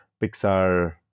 Pixar